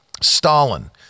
Stalin